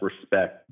respect